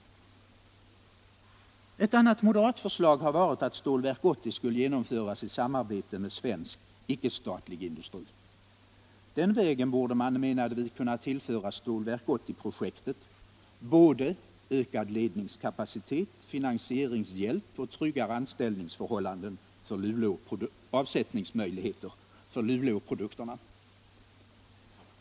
Ett annat moderatförslag har varit att Stålverk 80 skulle genomföras i sammarbete med svensk icke-statlig industri. Den vägen borde man, menade vi, kunna tillföra Stålverk 80-projektet både ökad ledningskapacitet, finansieringshjälp och tryggare avsättningsmöjligheter för Luleåprodukterna.